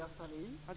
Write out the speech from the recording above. Fru talman!